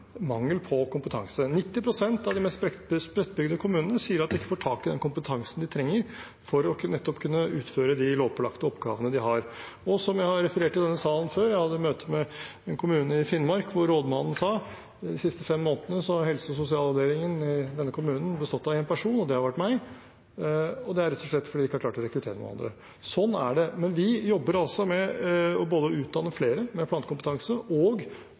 mangel på kompetanse. 90 pst. av de mest spredtbygde kommunene sier at de ikke får tak i den kompetansen de trenger, for nettopp å kunne utføre de lovpålagte oppgavene de har. Og som jeg har referert i denne salen før, hadde jeg et møte med en kommune i Finnmark, hvor rådmannen sa: De siste fem månedene har helse- og sosialavdelingen i denne kommunen bestått av én person, det har vært meg, og det er rett og slett fordi vi ikke har klart å rekruttere noen andre. – Sånn er det. Vi jobber med både å utdanne flere med plankompetanse og